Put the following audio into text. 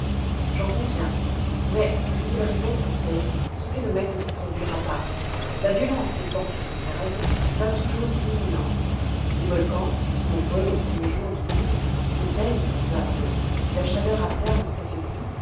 j'en conviens mais je te le répète conseil ce phénomène ne se produira pas la violence des forces souterraines va toujours diminuant les volcans si nombreux aux premiers jours du monde s'éteignent peu à peu la chaleur interne s'affaiblit